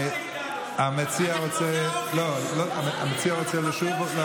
המציע רוצה לשוב?